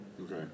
Okay